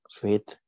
Faith